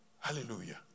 Hallelujah